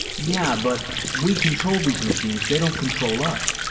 yeah, but we control these machines. they don't control us.